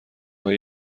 های